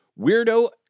weirdo